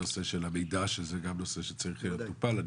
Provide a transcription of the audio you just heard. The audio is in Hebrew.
הנושא של המידע שזה גם נושא שצריך להיות מטופל.